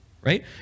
right